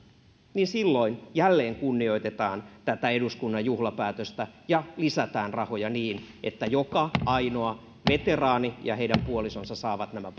niin silloin jälleen kunnioitetaan tätä eduskunnan juhlapäätöstä ja lisätään rahoja niin että joka ainoa veteraani ja hänen puolisonsa saavat nämä